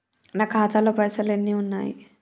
నా ఖాతాలో పైసలు ఎన్ని ఉన్నాయి?